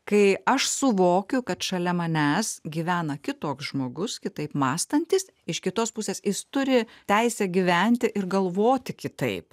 kai aš suvokiu kad šalia manęs gyvena kitoks žmogus kitaip mąstantis iš kitos pusės jis turi teisę gyventi ir galvoti kitaip